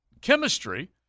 chemistry